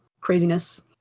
craziness